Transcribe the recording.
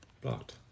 Blocked